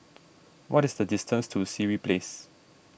what is the distance to Sireh Place